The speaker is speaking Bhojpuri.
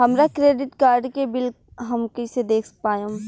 हमरा क्रेडिट कार्ड के बिल हम कइसे देख पाएम?